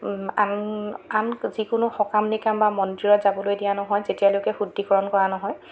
আন আন যিকোনো সকাম নিকাম বা মন্দিৰত যাবলৈ দিয়া নহয় যেতিয়ালৈকে শুদ্ধিকৰণ কৰা নহয়